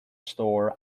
store